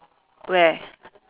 where